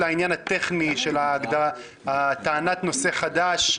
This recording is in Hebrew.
לעניין הטכני של טענת נושא חדש.